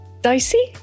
Dicey